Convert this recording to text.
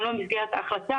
גם לא במסגרת ההחלטה,